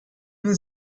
was